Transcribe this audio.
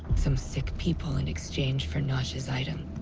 some sick people in exchange for nosh's item.